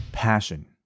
passion